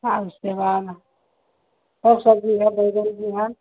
और सब्ज़ी है बैगन भी है